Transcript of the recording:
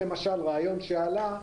למשל רעיון שעלה,